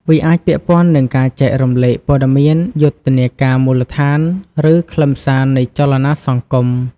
វាអាចពាក់ព័ន្ធនឹងការចែករំលែកព័ត៌មាន យុទ្ធនាការមូលដ្ឋាន ឬខ្លឹមសារនៃចលនាសង្គម។